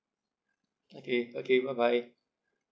okay okay bye bye